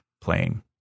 playing